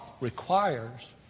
requires